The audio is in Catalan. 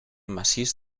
massís